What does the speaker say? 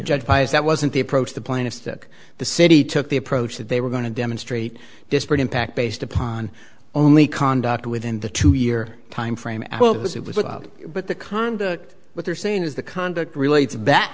is that wasn't the approach the plaintiffs took the city took the approach that they were going to demonstrate disparate impact based upon only conduct within the two year time frame because it was about but the conduct what they're saying is the conduct relates back